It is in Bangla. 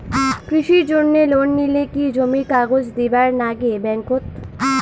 কৃষির জন্যে লোন নিলে কি জমির কাগজ দিবার নাগে ব্যাংক ওত?